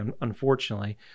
unfortunately